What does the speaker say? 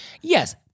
Yes